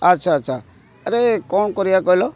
ଆଚ୍ଛା ଆଚ୍ଛା ଆରେ କ'ଣ କରିବା କହିଲ